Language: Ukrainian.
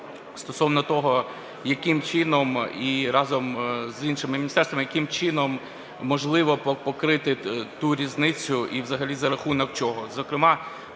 стосовно того, яким чином..., і разом з іншими міністерствами, яким чином можливо покрити ту різницю і взагалі за рахунок чого.